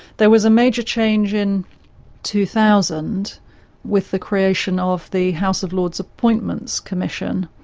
there was a major change in two thousand with the creation of the house of lords appointments commission.